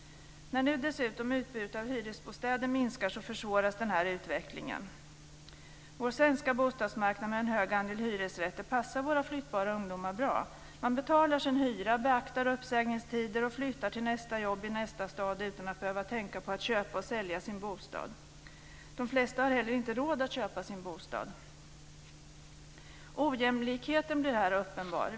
När nu dessutom utbudet av hyresbostäder minskar, försvåras den här utvecklingen. Vår svenska bostadsmarknad med en hög andel hyresrätter passar våra flyttbara ungdomar bra. Man betalar sin hyra, beaktar uppsägningstider och flyttar till nästa jobb i nästa stad utan att behöva tänka på att köpa och sälja sin bostad. De flesta har heller inte råd att köpa sin bostad. Ojämlikheten blir här uppenbar.